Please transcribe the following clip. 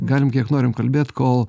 galim kiek norim kalbėt kol